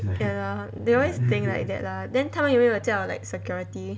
ya lor they always think like that lah then 他们有没有叫 like security